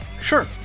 Sure